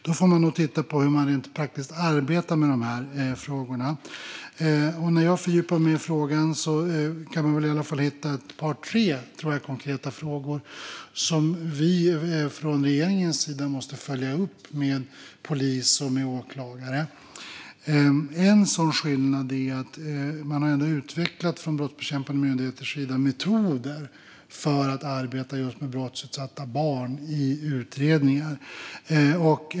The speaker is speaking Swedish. Då får man nog titta på hur man rent praktiskt arbetar med de här frågorna. När jag fördjupar mig i detta kan jag hitta åtminstone ett par tre konkreta frågor som vi från regeringens sida måste följa upp med polis och åklagare. En sådan gäller att brottsbekämpande myndigheter har utvecklat metoder för att arbeta med brottsutsatta barn i utredningar.